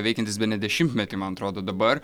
veikiantis bene dešimtmetį man atrodo dabar